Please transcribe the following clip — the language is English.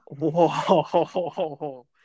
Whoa